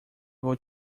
vou